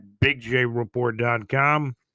BigJReport.com